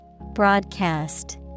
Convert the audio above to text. Broadcast